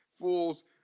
fools